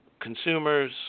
consumers